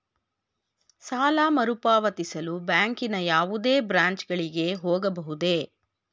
ಸಾಲ ಮರುಪಾವತಿಸಲು ಬ್ಯಾಂಕಿನ ಯಾವುದೇ ಬ್ರಾಂಚ್ ಗಳಿಗೆ ಹೋಗಬಹುದೇ?